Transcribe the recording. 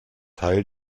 teil